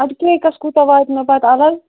اَدٕ کیکس کوٗتاہ واتہِ مےٚ پَتہٕ الگ